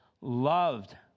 loved